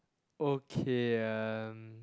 okay um